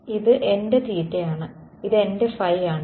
ഇത് എന്റെ θ ആണ് ഇത് എന്റെ ϕ ആണ്